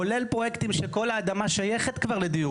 כולל פרויקטים שכל האדמה שייכת כבר לדיור